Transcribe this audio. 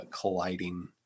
colliding